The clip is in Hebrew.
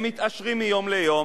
הם מתעשרים מיום ליום,